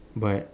but